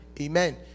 Amen